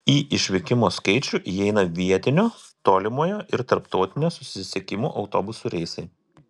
į išvykimo skaičių įeina vietinio tolimojo ir tarptautinio susisiekimų autobusų reisai